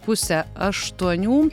pusę aštuonių